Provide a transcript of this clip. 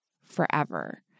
forever